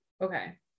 Okay